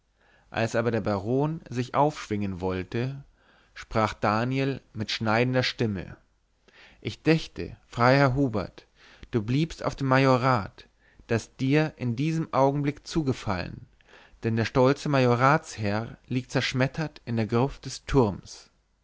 als aber der baron sich aufschwingen wollte sprach daniel mit schneidender stimme ich dächte freiherr hubert du bliebst auf dem majorat das dir in diesem augenblick zugefallen denn der stolze majoratsherr liegt zerschmettert in der gruft des turms